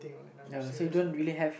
uh so you don't really have